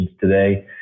today